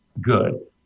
good